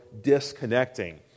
disconnecting